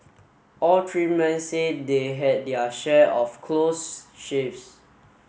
all three men say they had their share of close shaves